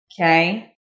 Okay